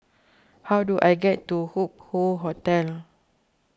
how do I get to Hup Hoe Hotel